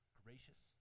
gracious